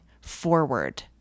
forward